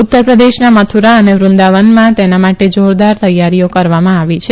ઉત્તર પ્રદેશના મથુરા અને વૃદાવનમાં તેના માટે જારદાર તૈયારીઓ કરવામાં આવી છે